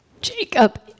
Jacob